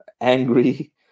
angry